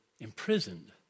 imprisoned